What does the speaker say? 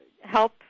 help